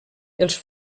els